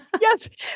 Yes